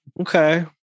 okay